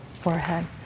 forehead